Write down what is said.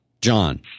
John